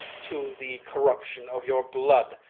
to the corruption of your blood,